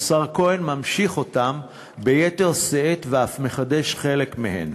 השר כהן ממשיך אותן ביתר ואף מחדש חלק מהן,